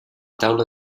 taula